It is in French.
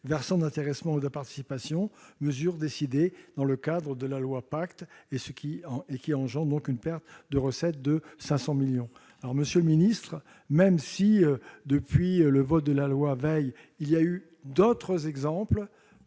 versant de l'intéressement ou de la participation, mesure décidée dans le cadre de la loi Pacte, et qui engendre une perte de recettes de 500 millions d'euros. Monsieur le secrétaire d'État, même si, depuis le vote de la loi Veil, il y a eu d'autres exemples